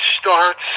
starts